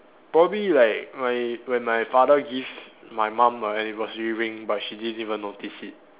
probably like my when my father give my mum a anniversary ring but she didn't even notice it